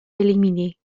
éliminé